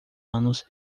anos